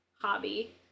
hobby